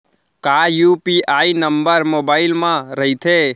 का UPI number mobile म रहिथे?